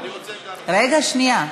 אני רוצה גם, רגע, שנייה.